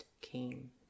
came